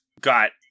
got